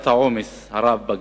העומס הרב בכבישים.